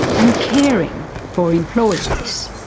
and caring for employees.